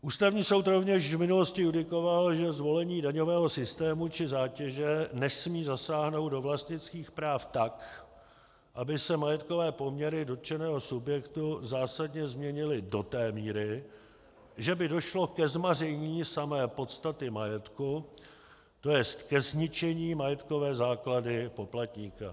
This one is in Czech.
Ústavní soud rovněž v minulosti judikoval, že zvolení daňového systému či zátěže nesmí zasáhnout do vlastnických práv tak, aby se majetkové poměry dotčeného subjektu zásadně změnily do té míry, že by došlo ke zmaření samé podstaty majetku, tj. ke zničení majetkové základny poplatníka.